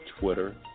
Twitter